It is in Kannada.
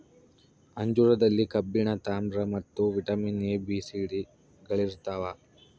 ಅಂಜೂರದಲ್ಲಿ ಕಬ್ಬಿಣ ತಾಮ್ರ ಮತ್ತು vitamin A B C D ಗಳಿರ್ತಾವ